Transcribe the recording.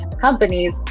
companies